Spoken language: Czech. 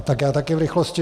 Tak já taky v rychlosti.